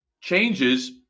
changes